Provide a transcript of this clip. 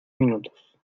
minutos